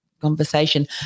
conversation